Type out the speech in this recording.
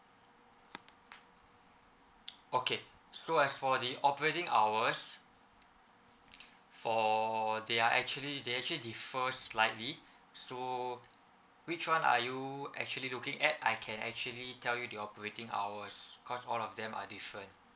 okay so as for the operating hours for they are actually they actually differ slightly so which one are you actually looking at I can actually tell you the operating hours because all of them are different